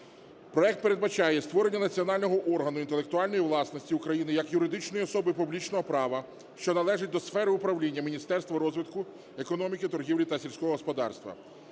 Проект передбачає створення національного органу інтелектуальної власності України як юридичної особи публічного права, що належить до сфери управління Міністерства розвитку економіки, торгівлі та сільського господарства.